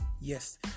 Yes